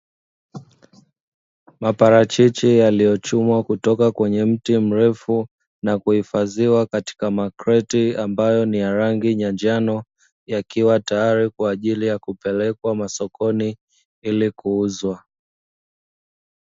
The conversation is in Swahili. Maparachichi yaliyochumwa kutoka kwenye mti mrefu na kuhifadhiwa katika makreti, ambayo ni ya rangi ya njano yakiwa tayari kwajili ya kupelekwa masokoni ili kuuzwa.